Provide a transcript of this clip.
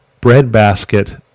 breadbasket